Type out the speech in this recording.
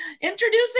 introducing